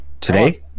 Today